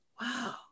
wow